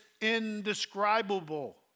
indescribable